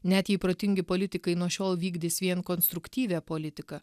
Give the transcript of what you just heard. net jei protingi politikai nuo šiol vykdys vien konstruktyvią politiką